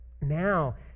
now